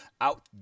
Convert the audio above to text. out